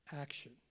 action